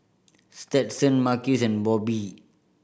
Stetson Marques and Bobbye